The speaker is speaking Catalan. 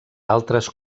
altres